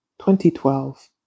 2012